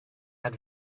had